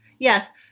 Yes